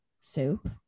soup